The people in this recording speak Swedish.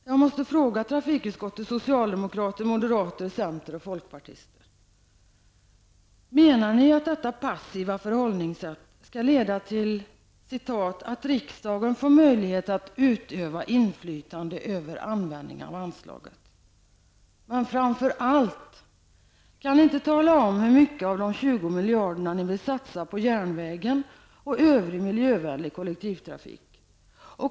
Jag måste fråga trafikutskottets socialdemokrater, centerpartister och folkpartister: Menar ni att detta passiva förhållningssätt skall leda till att ''riksdagen får möjlighet att utöva inflytande över användningen av anslaget''? Framför allt: Kan ni tala om hur mycket av de 20 miljarderna ni vill satsa på järnvägen och övrig miljövänlig kollektivtrafik?